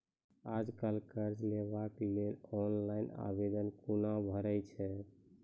आज कल कर्ज लेवाक लेल ऑनलाइन आवेदन कूना भरै छै?